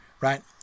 right